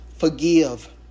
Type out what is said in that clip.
Forgive